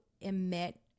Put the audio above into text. emit